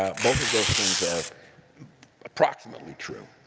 ah both of those things are approximately true.